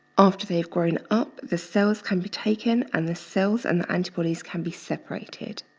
after they've grown up, the cells can be taken and the cells and the antibodies can be separated.